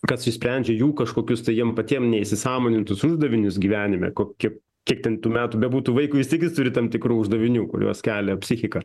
kas išsprendžia jų kažkokius tai jiem patiem neįsisąmonintus uždavinius gyvenime kokie kiek ten tų metų bebūtų vaikui vis tiek turi tam tikrų uždavinių kuriuos kelia psichika